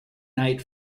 night